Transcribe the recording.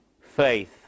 faith